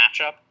matchup